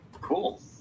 Cool